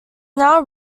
now